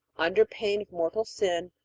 under pain of mortal sin,